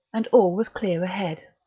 and all was clear ahead.